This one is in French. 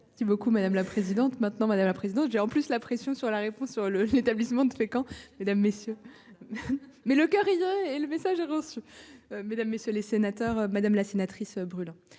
Si beaucoup madame la présidente. Maintenant, madame la présidente. J'ai en plus la pression sur la réponse le le l'établissement de Pékin, mesdames, messieurs. Mais le coeur brisé, et le message. Mesdames, messieurs les sénateurs, madame la sénatrice brûlant.